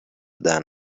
دهن